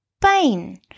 pain